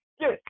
Yes